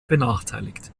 benachteiligt